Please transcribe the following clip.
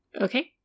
Okay